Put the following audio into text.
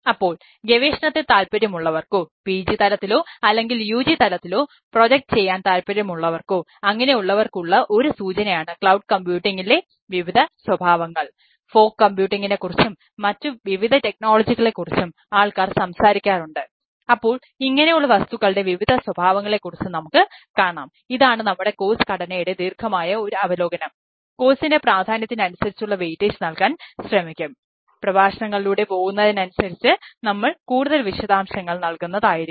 അപ്പോൾ ഗവേഷണത്തിൽ താത്പര്യമുള്ളവർക്കൊ പിജി തലത്തിലോ അല്ലെങ്കിൽ യുജി തലത്തിലോ പ്രൊജക്റ്റ് നൽകാൻ ശ്രമിക്കും പ്രഭാഷണങ്ങളിലൂടെ പോകുന്നതിനനുസരിച്ച് നമ്മൾ കൂടുതൽ വിശദാംശങ്ങൾ നൽകുന്നതായിരിക്കും